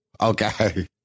Okay